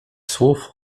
słów